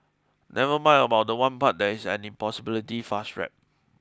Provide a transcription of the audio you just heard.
never mind about the one part that is an impossibility fast rap